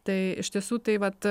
tai iš tiesų tai vat